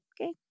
Okay